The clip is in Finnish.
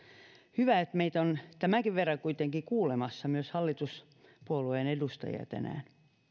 hyvä että meitä on tänään kuitenkin tämänkin verran kuulemassa myös hallituspuolueiden edustajia